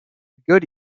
good